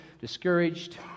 discouraged